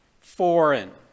foreign